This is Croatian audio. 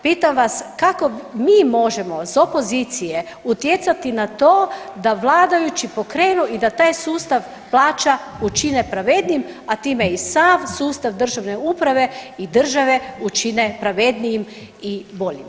Pitam vas kako mi možemo iz opozicije utjecati na to da vladajući pokrenu i da taj sustav plaća učine pravednijim, a time i sav sustav državne uprave i države učine pravednijim i boljim.